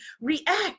react